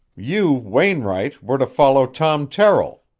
you, wainwright, were to follow tom terrill.